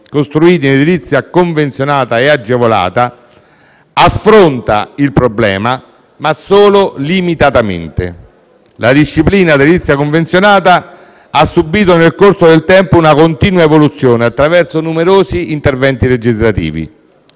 costruiti in edilizia convenzionata e agevolata affronta il problema, ma solo limitatamente. La disciplina dell'edilizia convenzionata ha subìto nel corso del tempo una continua evoluzione attraverso numerosi interventi legislativi.